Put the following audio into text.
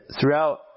Throughout